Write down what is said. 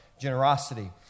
generosity